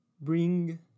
bring